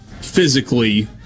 physically